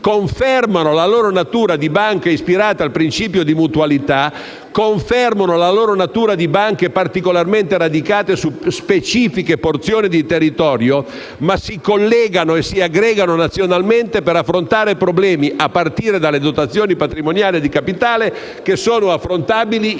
confermano la loro natura di banche ispirate al principio di mutualità, confermano la loro natura di banche particolarmente radicate su specifiche porzioni di territorio, ma si collegano e si aggregano nazionalmente per affrontare problemi, a partire dalle dotazioni patrimoniali di capitale, che sono affrontabili in una